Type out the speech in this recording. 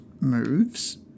Moves